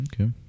okay